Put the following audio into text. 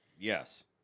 Yes